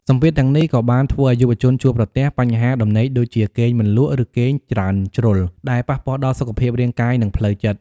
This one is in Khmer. សម្ពាធទាំងនេះក៏បានធ្វើឱ្យយុវជនជួបប្រទះ បញ្ហាដំណេកដូចជា គេងមិនលក់ ឬគេងច្រើនជ្រុល ដែលប៉ះពាល់ដល់សុខភាពរាងកាយនិងផ្លូវចិត្ត។